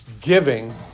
giving